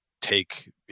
take